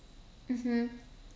mmhmm